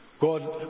God